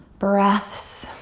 breaths.